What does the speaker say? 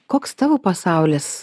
koks tavo pasaulis